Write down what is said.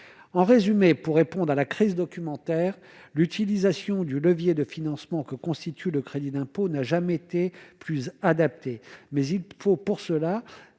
en résumé, pour répondre à la crise, documentaire, l'utilisation du levier de financement que constitue le crédit d'impôt n'a jamais été plus adapté, mais il faut pour cela